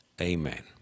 Amen